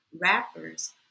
rappers